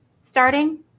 starting